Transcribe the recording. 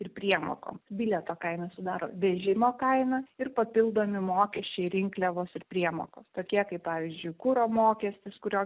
ir priemokom bilieto kaina sudaro vežimo kainas ir papildomi mokesčiai rinkliavos ir priemokos tokie kaip pavyzdžiui kuro mokestis kurio